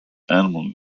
animal